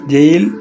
Jail